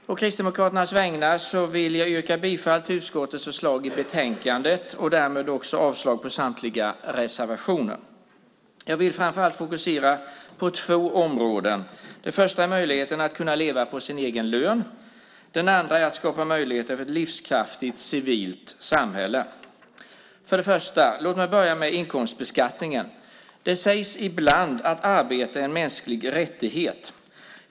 Fru talman! Å Kristdemokraternas vägnar vill jag yrka bifall till utskottets förslag i betänkandet och avslag på samtliga reservationer. Jag vill framför allt fokusera på två områden. Det första är möjligheten att kunna leva på sin egen lön. Det andra är att skapa möjligheter för ett livskraftigt civilt samhälle. Låt mig börja med inkomstbeskattningen. Det sägs ibland att arbete är en mänsklig rättighet.